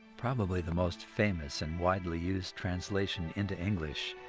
probably the most famous and widely used translation into english.